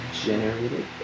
generated